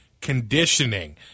conditioning